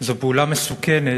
זו פעולה מסוכנת,